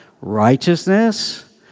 Righteousness